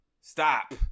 Stop